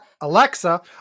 Alexa